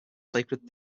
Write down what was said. sacred